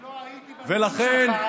אני לא הייתי בנאומים שלך,